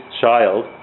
child